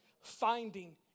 finding